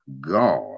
God